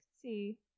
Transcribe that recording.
see